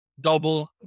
double